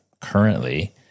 currently